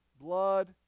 blood